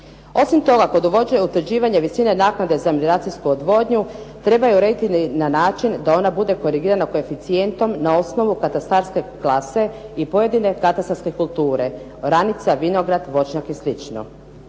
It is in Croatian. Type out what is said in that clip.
se ne razumije./… utvrđivanje visine naknade za melioracijsku odvodnju treba ju …/Govornica se ne razumije./… na način da ona bude korigirana koeficijentom na osnovu katastarske klase i pojedine katastarske kulture, oranica, vinograd, voćnjak i